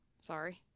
sorry